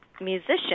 musician